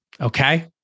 Okay